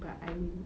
but I'm